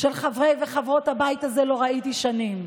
של חברי וחברות הבית הזה לא ראיתי שנים.